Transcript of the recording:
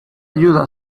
ayuda